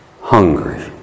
hungry